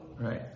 Right